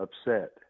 upset